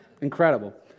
Incredible